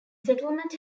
settlement